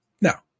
Now